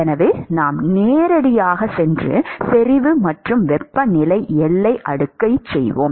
எனவே நாம் நேரடியாகச் சென்று செறிவு மற்றும் வெப்பநிலை எல்லை அடுக்கு செய்வோம்